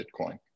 bitcoin